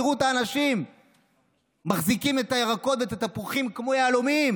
תראו את האנשים מחזיקים את הירקות ואת התפוחים כמו יהלומים,